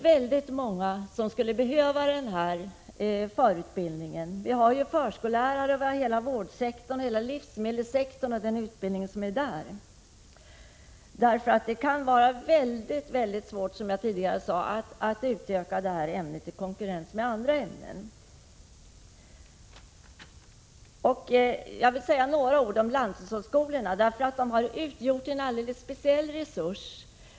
Det finns många som skulle behöva förkunskaper av här nämnt slag, t.ex. de som utbildar sig till förskollärare och till yrken inom vårdsektorn och livsmedelssektorn. Det kan dock, som jag tidigare sade, vara mycket svårt att utöka ämnet i konkurrens med andra ämnen. Jag vill också säga några ord om lanthushållsskolorna, som har utgjort en alldeles speciell resurs.